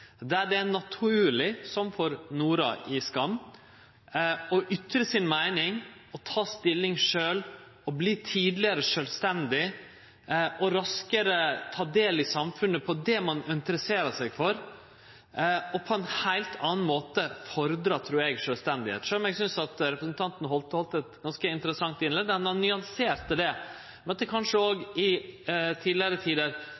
der det er naturleg – som for Noora i «Skam» – å si meininga si, å ta stilling sjølv, å verte tidlegare sjølvstendig og raskare ta del i samfunnet med omsyn til det ein interesserer seg for, og på ein heilt annan måte fordrar det, trur eg, sjølvstende. Eg synest representanten Holthe heldt eit ganske interessant innlegg, der han nyanserte det med at det kanskje òg i tidlegare tider